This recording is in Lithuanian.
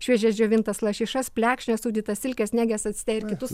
šviežias džiovintas lašišas plekšnes sūdytas silkes nėges acte ir kitus